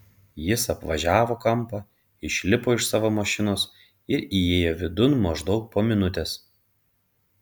jis apvažiavo kampą išlipo iš savo mašinos ir įėjo vidun maždaug po minutės